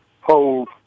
hold